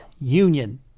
union